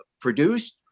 produced